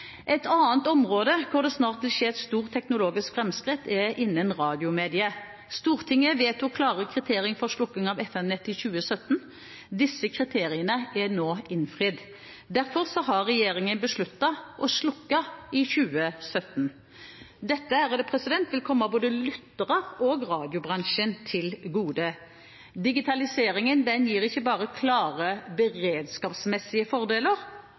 Et annet område hvor det snart vil skje et stort teknologisk framskritt, er innen radiomediet. Stortinget vedtok klare kriterier for slukking av FM-nettet i 2017. Disse kriteriene er nå innfridd. Derfor har regjeringen besluttet å slukke i 2017. Dette vil komme både lyttere og radiobransjen til gode. Digitaliseringen gir ikke bare klare beredskapsmessige fordeler